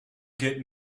get